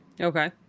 Okay